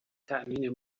تأمین